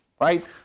right